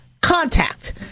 contact